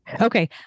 Okay